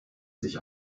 sich